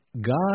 God